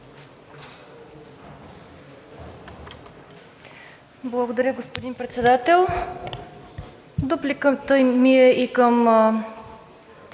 Благодаря, господин Председател. Дупликата ми е и към двамата